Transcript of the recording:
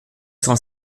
cent